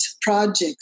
project